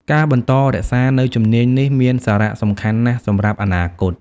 ការបន្តរក្សានូវជំនាញនេះមានសារៈសំខាន់ណាស់សម្រាប់អនាគត។